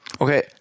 Okay